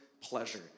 pleasure